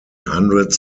hundreds